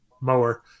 mower